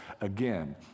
again